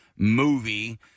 movie